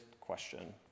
question